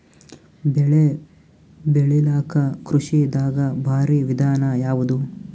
ಬೆಳೆ ಬೆಳಿಲಾಕ ಕೃಷಿ ದಾಗ ಭಾರಿ ವಿಧಾನ ಯಾವುದು?